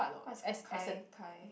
what is Kai-Kai